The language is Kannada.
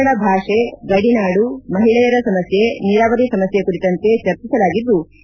ಕನ್ನಡ ಭಾಷೆ ಗಡಿನಾಡು ಮಹಿಳೆಯರ ಸಮಸ್ತೆ ನೀರಾವರಿ ಸಮಸ್ತೆ ಕುರಿತಂತೆ ಚರ್ಚಸಲಾಗಿದ್ದು